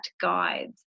guides